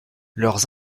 leurs